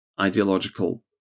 ideological